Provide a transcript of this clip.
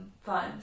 fun